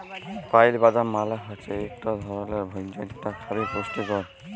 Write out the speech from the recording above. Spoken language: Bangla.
পাইল বাদাম মালে হৈচ্যে ইকট ধরলের ভোজ্য যেটা খবি পুষ্টিকর